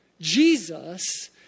Jesus